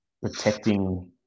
protecting